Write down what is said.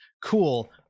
Cool